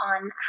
on